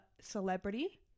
celebrity